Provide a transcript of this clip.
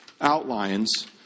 outlines